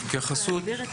התייחסות?